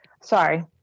sorry